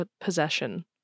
possession